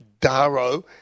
daro